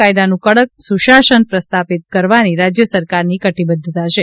કાયદાનું કડક સુશાસન પ્રસ્થાપિત કરવાની રાજ્ય સરકારની કટિબધ્ધતા છે